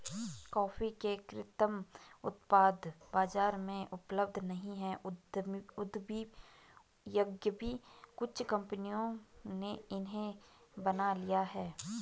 coffee के कृत्रिम उत्पाद बाजार में उपलब्ध नहीं है यद्यपि कुछ कंपनियों ने इन्हें बना लिया है